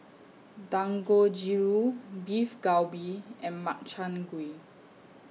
Dangojiru Beef Galbi and Makchang Gui